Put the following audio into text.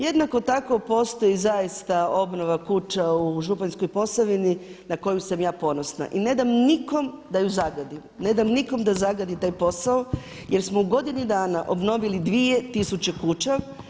Jednako tako postoji zaista obnova kuća u Županjskoj Posavini na koju sam ja ponosna i ne dam nikome da ju zagadi, ne dam nikome da zagadi taj posao jer smo u godini dana obnovili 2 tisuće kuća.